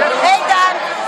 סדרנים,